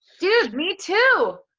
dude me too!